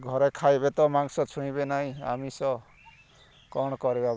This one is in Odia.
ଘରେ ଖାଇବେ ତ ମାଂସ ଛୁଇଁବେ ନାହିଁ ଆମିଷ କ'ଣ କରିବା